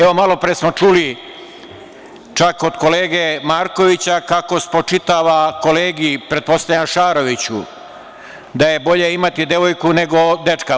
Evo, malo pre smo čuli čak od kolege Markovića kako spočitavate kolegi, pretpostavljam Šaroviću, da je bolje imati devojku nego dečka.